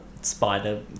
spider